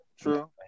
true